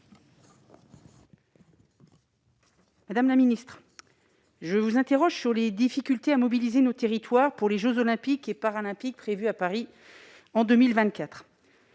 Madame la secrétaire d'État, ma question porte sur les difficultés à mobiliser nos territoires pour les jeux Olympiques et Paralympiques prévus à Paris en 2024.